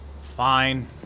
Fine